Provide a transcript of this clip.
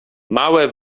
małe